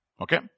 okay